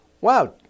Wow